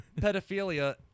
Pedophilia